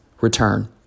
return